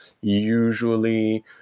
usually